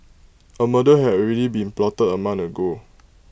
A murder had already been plotted A month ago